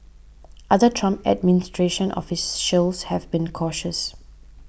other Trump administration office shows have been cautious